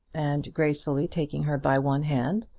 and gracefully taking her by one hand,